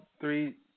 three